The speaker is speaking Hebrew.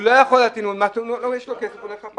אורי מקלב (יו"ר ועדת המדע והטכנולוגיה): הוא לא יכול להטעין.